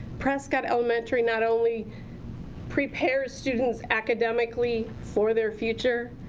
prescott elementary not only prepares students academically for their future.